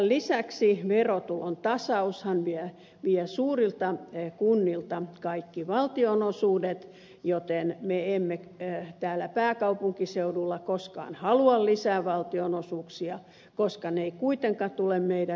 lisäksi verotulon tasaushan vie suurilta kunnilta kaikki valtionosuudet joten me emme täällä pääkaupunkiseudulla koskaan halua lisää valtionosuuksia koska ne eivät kuitenkaan tule meidän hyväksi